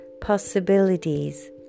possibilities